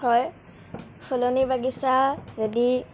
হয় ফুলনি বাগিচা যদি